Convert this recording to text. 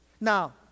Now